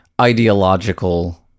ideological